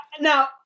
now